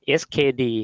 skd